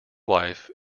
wife